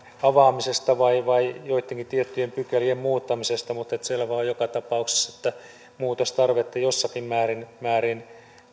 avaamisesta tai joittenkin tiettyjen pykälien muuttamisesta mutta selvää on joka tapauksessa että muutostarvetta jossakin määrin määrin